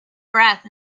breath